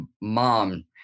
mom